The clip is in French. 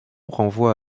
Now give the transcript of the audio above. renvoie